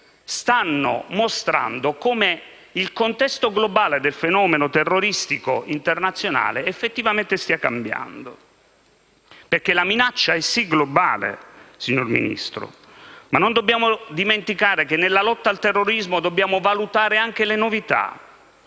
stanno mostrando come il contesto globale del fenomeno terroristico internazionale effettivamente stia cambiando, perché la minaccia è sì globale, signor Ministro, ma non dobbiamo dimenticare che nella lotta al terrorismo bisogna valutare anche le novità